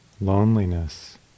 loneliness